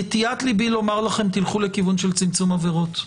נטיית ליבי היא לומר לכם: תלכו לכיוון של צמצום עבירות.